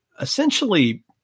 essentially